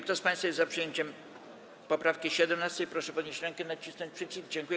Kto z państwa jest za przyjęciem poprawki 17., proszę podnieść rękę i nacisnąć przycisk.